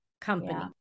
company